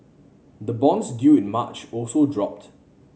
the bonds due in March also dropped